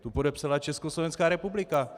Tu podepsala Československá republika.